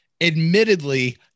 Admittedly